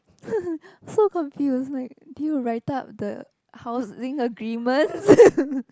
so confused like do you write out the housing agreement